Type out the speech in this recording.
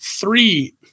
three